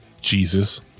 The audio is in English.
Jesus